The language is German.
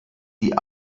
die